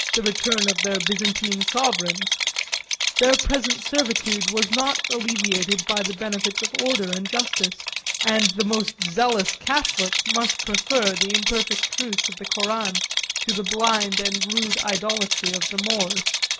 the return of their byzantine sovereigns their present servitude was not alleviated by the benefits of order and justice and the most zealous catholic must prefer the imperfect truths of the koran to the blind and rude idolatry of the moors.